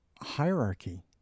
hierarchy